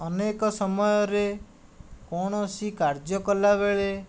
ଅନେକ ସମୟରେ କୌଣସି କାର୍ଯ୍ୟ କଲାବେଳେ